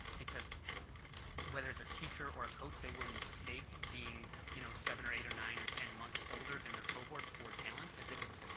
because whether it's a teacher or a coach, they will mistake being, you know, seven or eight, or nine, or ten months older than their cohort for talent as if it's, ah